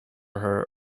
her